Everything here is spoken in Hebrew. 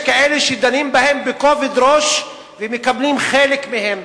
יש כאלה שדנים בהן בכובד ראש ומקבלים חלק מהן,